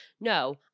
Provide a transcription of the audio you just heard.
no